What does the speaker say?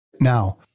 now